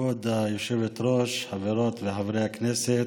כבוד היושבת-ראש, חברות וחברי הכנסת,